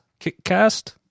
kickcast